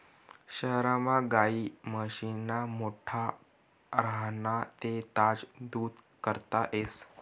शहरमा गायी म्हशीस्ना गोठा राह्यना ते ताजं दूध इकता येस